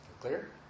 Clear